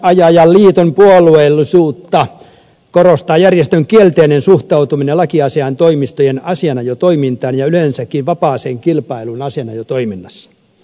suomen asianajajaliiton puolueellisuutta korostaa järjestön kielteinen suhtautuminen lakiasiaintoimistojen asianajotoimintaan ja yleensäkin vapaaseen kilpailuun asianajotoiminnassa